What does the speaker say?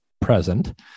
present